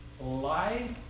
life